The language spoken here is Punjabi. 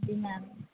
ਹਾਂਜੀ ਮੈਮ